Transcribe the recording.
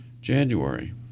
January